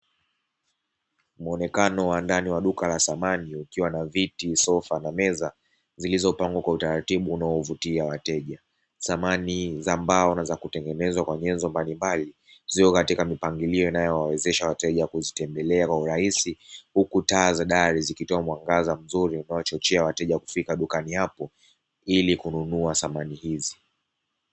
Muonekano wa ndanu wa duka la samani likiwa na viti, sofa na meza zilizopangwa kwa utaratibu unaovutia wateja. Samani za mbao na za kutengenezwa kwa nyenzo mbalimbali zipo katika unaowawezesha wateja kuzitembelea kwa urahisi, huku taa za dayali zikitoa mwngaza mzuri unaochochea wateja kufika dukani hapo ili kununua samani hizi.